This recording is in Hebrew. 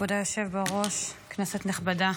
כבוד היושב-ראש, כנסת נכבדה,